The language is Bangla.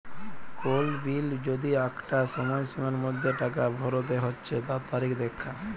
কোল বিলের যদি আঁকটা সময়সীমার মধ্যে টাকা ভরতে হচ্যে তার তারিখ দ্যাখা